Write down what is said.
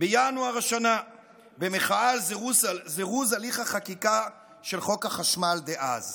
בינואר השנה במחאה על זירוז הליך החקיקה של חוק החשמל דאז,